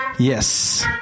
Yes